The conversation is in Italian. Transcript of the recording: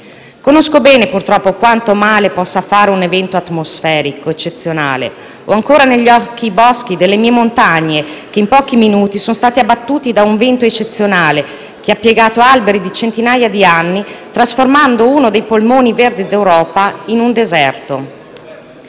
Conosco bene, purtroppo, quanto male possa fare un evento atmosferico eccezionale. Ho ancora negli occhi i boschi delle mie montagne, che in pochi minuti sono stati abbattuti da un vento eccezionale, che ha piegato alberi di centinaia di anni, trasformando uno dei polmoni verdi d'Europa in un deserto.